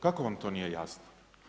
Kako vam to nije jasno?